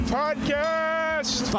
podcast